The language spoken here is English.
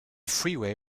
freeway